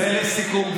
לסיכום,